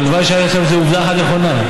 אבל שהייתה שם איזו עובדה אחת נכונה.